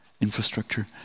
infrastructure